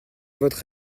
votre